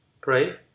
pray